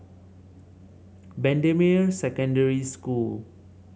Bendemeer Secondary School